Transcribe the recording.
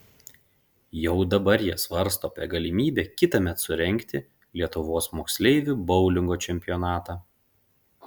jau dabar jie svarsto apie galimybę kitąmet surengti lietuvos moksleivių boulingo čempionatą